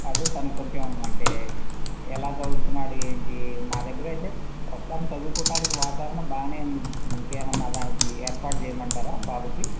అదే తను కొంచెం అంటే ఎలా చదువుతున్నాడు ఏంటి మా దగ్గరైతే ప్రస్తుతానికి చదువుకోటానికి వాతావరణం బానే ఉండింది ఇంకేమైనా దానికి ఏర్పాటు చెయ్యమంటారా బాబుకి